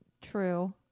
True